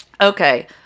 Okay